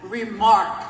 remark